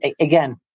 again